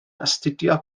astudio